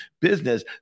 business